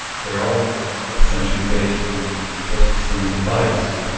they are all essentially based on the josephson device.